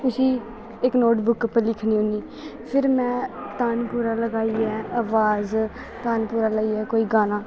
उस्सी इक नोटबुक उप्पर लिखनी होन्नी फिर में तानपुरा लगाइयै आवाज तानपुरा लाइयै कोई गाना